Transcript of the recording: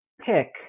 pick